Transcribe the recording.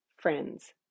friends